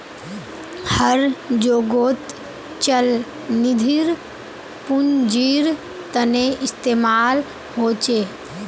हर जोगोत चल निधिर पुन्जिर तने इस्तेमाल होचे